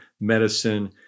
medicine